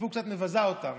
אפילו קצת מבזה אותם.